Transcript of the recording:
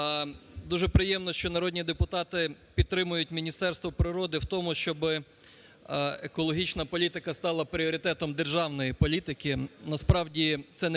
Дуже приємно, що народні депутати підтримують Міністерство природи в тому, щоби екологічна політика стала пріоритетом державної політики.